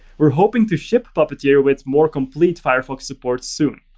we're hoping to ship puppeteer with more complete firefox support soon.